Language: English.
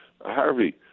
Harvey